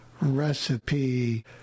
recipe